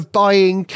buying